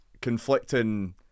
conflicting